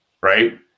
right